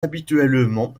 habituellement